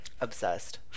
Obsessed